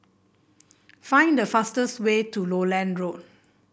find the fastest way to Lowland Road